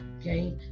okay